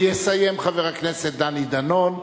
יסיים חבר הכנסת דני דנון,